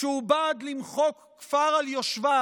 שהוא בעד למחוק כפר על יושביו